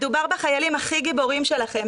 מדובר בחיילים הכי גיבורים שלכם,